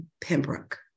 Pembroke